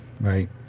Right